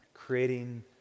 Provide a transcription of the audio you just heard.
Creating